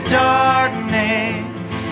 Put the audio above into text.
darkness